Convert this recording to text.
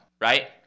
right